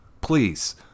please